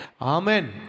Amen